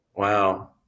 Wow